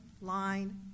line